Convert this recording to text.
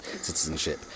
citizenship